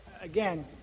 again